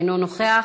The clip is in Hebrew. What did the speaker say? אינו נוכח,